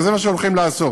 וזה מה שהולכים לעשות.